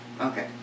okay